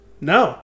No